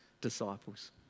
disciples